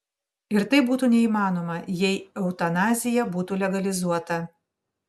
ir tai būtų neįmanoma jei eutanazija būtų legalizuota